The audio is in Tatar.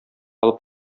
алып